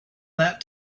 that